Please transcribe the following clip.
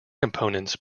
components